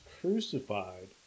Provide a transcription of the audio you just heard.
crucified